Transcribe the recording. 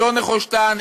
עידו נחושתן,